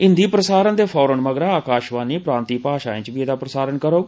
हिन्दी प्रसारण दे फौरन मगरा आकाशवाणी प्रांतीय भाषाएं च बी एहदा प्रसारण करोग